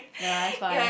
nah it's fine